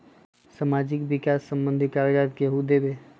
समाजीक विकास संबंधित कागज़ात केहु देबे?